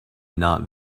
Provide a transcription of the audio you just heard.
not